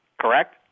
Correct